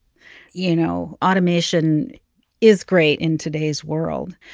you know, automation is great in today's world,